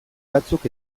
batzuk